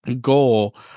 goal